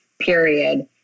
period